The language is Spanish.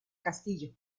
castillo